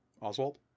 Oswald